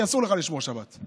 כי אסור לך לשמור שבת,